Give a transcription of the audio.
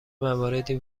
مواردی